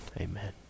Amen